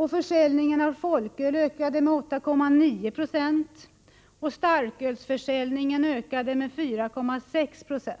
Ze, försäljningen av folköl ökade med 8,9 0 och starkölsförsäljningen ökade med 4,6 26.